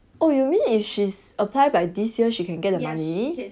oh you mean if she's apply by this year she can get the money